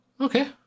Okay